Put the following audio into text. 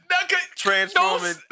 transforming